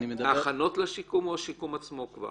ההכנות לשיקום או השיקום עצמו כבר?